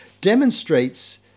demonstrates